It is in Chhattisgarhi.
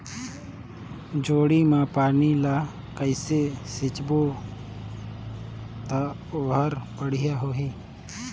जोणी मा पानी ला कइसे सिंचबो ता ओहार बेडिया होही?